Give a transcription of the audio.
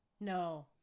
No